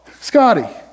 Scotty